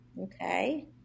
Okay